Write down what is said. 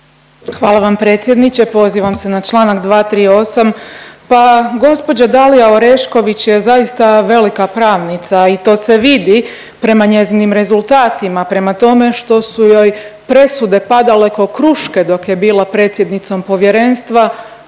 Hvala vam predsjedniče. Pozivam se na članak 238. pa gospođa Dalija Orešković je zaista velika pravnica i to se vidi prema njezinim rezultatima. Prema tome, što su joj presude padale kao kruške dok je bila predsjednicom Povjerenstva